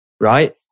right